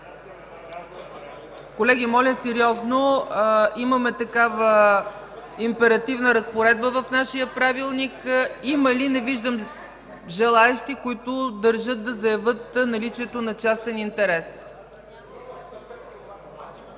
Колеги, моля сериозно! Имаме такава императивна разпоредба в нашия Правилник. Не виждам желаещи, които държат да заявят наличието на частен интерес.